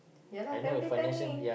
ya lah family planning